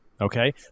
Okay